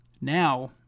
Now